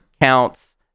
counts